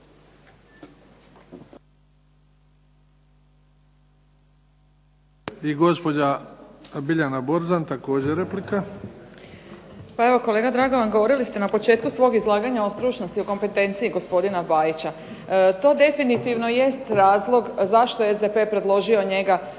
I gospođa Biljana Borzan, također replika. **Borzan, Biljana (SDP)** Pa evo kolega Dragovan, govorili ste na početku svog izlaganja o stručnosti, o kompetenciji gospodina Bajića. To definitivno jest razlog zašto je SDP predložio njega za